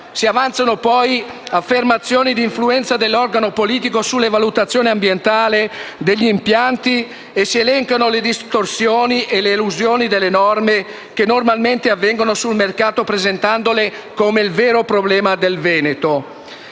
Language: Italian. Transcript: Si avanzano poi affermazioni di influenza dell'organo politico sulle valutazioni ambientali degli impianti e si elencano le distorsioni e le elusioni delle norme che normalmente avvengono sul mercato presentandole come «il vero problema del Veneto».